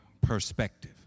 perspective